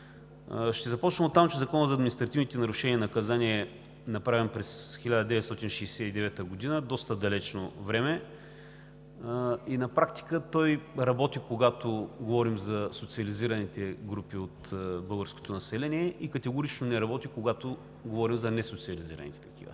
Ще започна оттам, че Законът за административните нарушения и наказания е направен през 1969 г. – доста далечно време, и на практика той работи, когато говорим за социализираните групи от българското население и категорично не работи, когато говорим за несоциализираните такива.